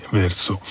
verso